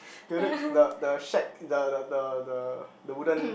get it the the shack the the the the the wooden